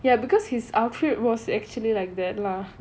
ya because his outfit was actually like that lah